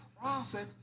prophet